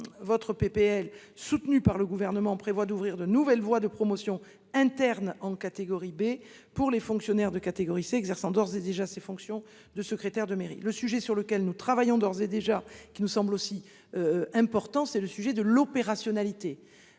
de loi, soutenue par le Gouvernement, prévoit d'ouvrir de nouvelles voies de promotion interne, vers la catégorie B, pour les fonctionnaires de catégorie C exerçant d'ores et déjà les fonctions de secrétaire de mairie. Un autre sujet sur lequel nous travaillons d'ores et déjà nous semble également important : celui de l'opérationnalité.